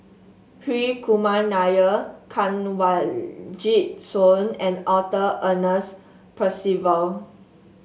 Hri Kumar Nair Kanwaljit Soin and Arthur Ernest Percival